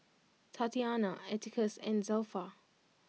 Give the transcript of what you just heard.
Tatyanna Atticus and Zelpha